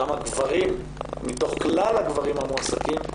וכמה גברים חרדים מתוך כלל הגברים המועסקים.